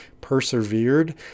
persevered